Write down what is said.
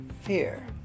fear